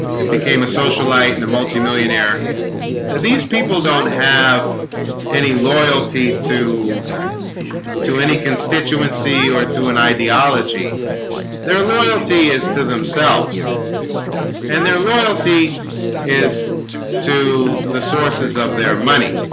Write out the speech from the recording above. it became a socialite and a multimillionaire these people don't have any loyalty to to any constituency or to an ideology their loyalty is to themselves and their loyalty is to the sources of their money